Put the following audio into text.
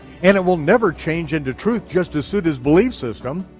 and it will never change into truth just to suit his belief system.